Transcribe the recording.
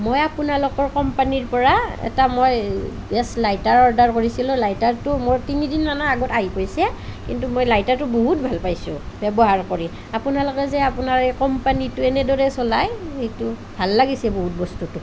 মই আপোনালোকৰ কোম্পানীৰ পৰা এটা মই গেছ লাইটাৰ অৰ্ডাৰ কৰিছিলোঁ লাইটাৰটো মোৰ তিনি দিনমানৰ আগত আহি পাইছে কিন্তু মই লাইটাৰটো বহুত ভাল পাইছোঁ ব্যৱহাৰ কৰি আপোনালোকে যে আপোনাৰ এই কোম্পানীটো এনেদৰে চলায় সেইটো ভাল লাগিছে বহুত বস্তুটো